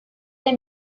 they